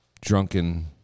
drunken